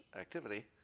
activity